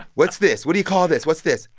what's this? what do you call this? what's this?